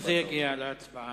כשזה יגיע להצבעה.